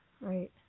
right